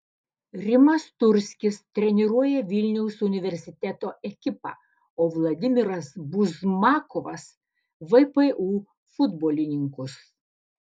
rimas turskis treniruoja vilniaus universiteto ekipą o vladimiras buzmakovas vpu futbolininkus